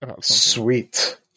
Sweet